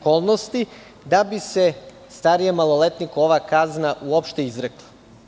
okolnosti da bi se starijem maloletniku ova kazna uopšte izrekla.